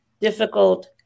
difficult